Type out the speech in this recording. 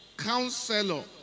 Counselor